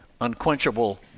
unquenchable